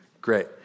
Great